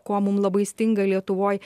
ko mum labai stinga lietuvoj